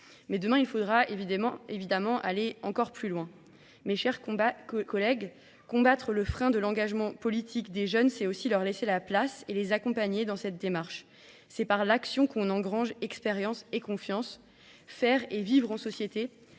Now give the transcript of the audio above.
Mais demain, il faudra évidemment aller encore plus loin. Mes chers collègues, combattre le frein de l'engagement politique des jeunes, c'est aussi leur laisser la place et les accompagner dans cette démarche. C'est par l'action qu'on engrange expérience et confiance. Faire et vivre en société,